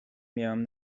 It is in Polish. miałam